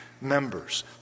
members